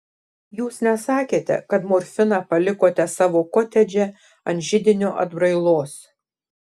jūs nesakėte kad morfiną palikote savo kotedže ant židinio atbrailos